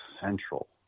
central